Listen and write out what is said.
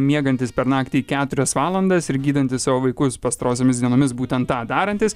miegantis per naktį keturias valandas ir gydantis savo vaikus pastarosiomis dienomis būtent tą darantis